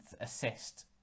assist